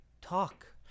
talk